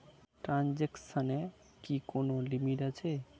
ট্রানজেকশনের কি কোন লিমিট আছে?